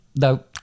no